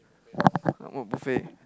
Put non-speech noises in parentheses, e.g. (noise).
(noise) I want buffet